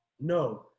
No